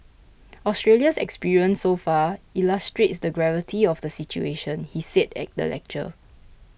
Australia's experience so far illustrates the gravity of the situation he said at the lecture